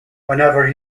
whenever